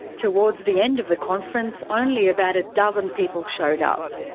towards the end of the conference only about a dozen people showed up.